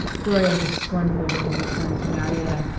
gloria was scornful when he returned to marietta.